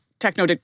Techno